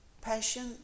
passion